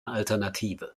alternative